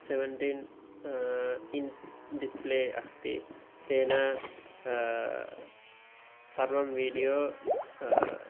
seventeen inch display अस्ति तेन सर्वं वीडियो